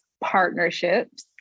Partnerships